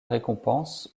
récompense